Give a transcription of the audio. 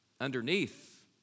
underneath